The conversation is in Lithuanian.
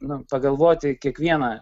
nu pagalvoti kiekvieną